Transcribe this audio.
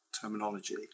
terminology